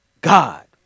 God